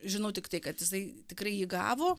žinau tiktai kad jisai tikrai jį gavo